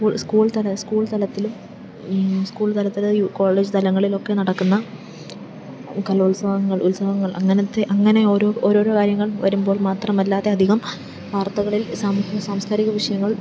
school school തല school തലത്തിലും school തലത്തിൽ കോളേജ് തലങ്ങളിലൊക്കെ നടക്കുന്ന കലോത്സവങ്ങൾ ഉത്സവങ്ങൾ അങ്ങനെത്തെ അങ്ങനെ ഓരോ ഓരോരോ കാര്യങ്ങൾ വരുമ്പോൾ മാത്രമല്ലാതെ അധികം വാർത്തകളിൽ സാംസ്കാരിക വിഷയങ്ങൾ